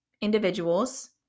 individuals